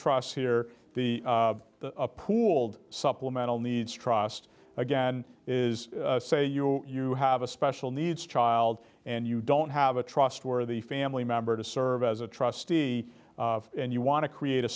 trusts here the pooled supplemental needs trust again is say you you have a special needs child and you don't have a trustworthy family member to serve as a trustee and you want to create a